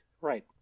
Right